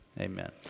Amen